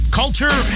culture